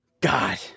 God